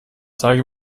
zeige